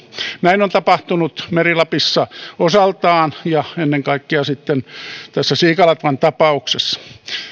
näin on tapahtunut meri lapissa osaltaan ja ennen kaikkea siikalatvan tapauksessa